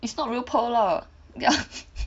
it's not real pearls lah